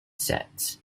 sets